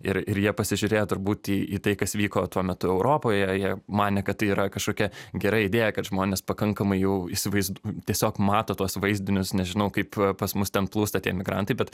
ir ir jie pasižiūrėjo turbūt į į tai kas vyko tuo metu europoje jie manė kad tai yra kažkokia gera idėja kad žmonės pakankamai jau įsivaizduo tiesiog mato tuos vaizdinius nežinau kaip pas mus ten plūsta tie migrantai bet